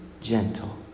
gentle